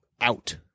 out